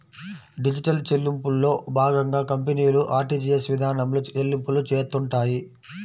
digital చెల్లింపుల్లో భాగంగా కంపెనీలు ఆర్టీజీయస్ ఇదానంలో చెల్లింపులు చేత్తుంటాయి